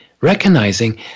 recognizing